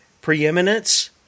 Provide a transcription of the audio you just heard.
preeminence